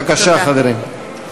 בבקשה, חברים.